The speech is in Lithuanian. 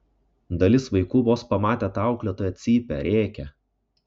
dalis vaikų vos pamatę tą auklėtoją cypia rėkia